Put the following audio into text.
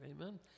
amen